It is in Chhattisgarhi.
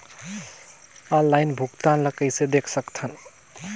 ऑनलाइन भुगतान ल कइसे देख सकथन?